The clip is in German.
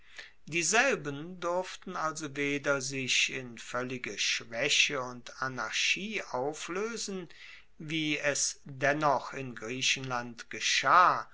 dieselben durften also weder sich in voellige schwaeche und anarchie aufloesen wie es dennoch in griechenland geschah